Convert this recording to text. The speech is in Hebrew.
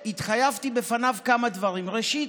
התחייבתי בפניו כמה דברים: ראשית,